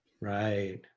Right